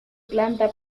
planta